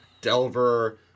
Delver